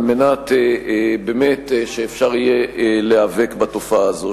על מנת שאפשר יהיה להיאבק בתופעה הזו.